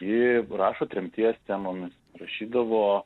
ir rašo tremties temomis rašydavo